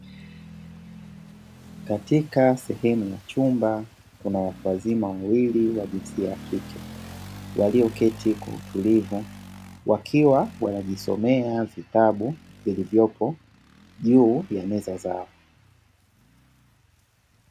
Katika sehemu ya chumba, kuna watu wazima wawili wa jinsia ya kike, walioketi kwa utulivu wakiwa wanajisomea vitabu vilivyopo juu ya meza zao.